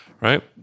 right